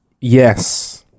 Yes